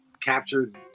captured